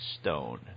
Stone